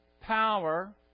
power